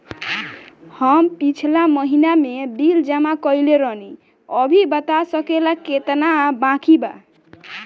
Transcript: हम पिछला महीना में बिल जमा कइले रनि अभी बता सकेला केतना बाकि बा?